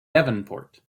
devonport